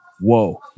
whoa